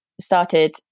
started